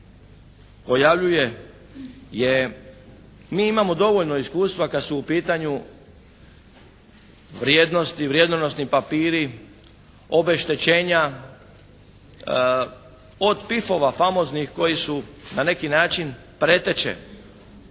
mi imamo dovoljno iskustva kada su u pitanju vrijednosti, vrijednosni papiri, obeštećenja, od PIF-ova famoznih koji su na neki način preteće